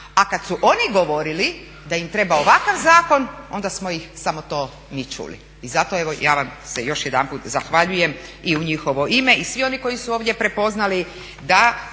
A kad su oni govorili da im treba ovakav zakon onda smo ih samo to mi čuli. I zato evo ja vam se još jedanput zahvaljujem i u njihovo ime i svi oni koji su ovdje prepoznali da